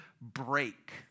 break